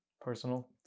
personal